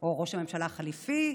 או ראש הממשלה החליפי,